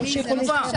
תגידי לי תשובה.